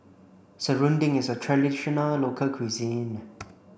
Serunding is a traditional local cuisine